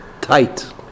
tight